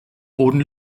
boden